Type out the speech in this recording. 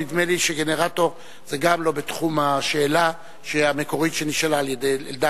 נדמה לי שגנרטור זה גם לא בתחום השאלה המקורית שנשאלה על-ידי אלדד.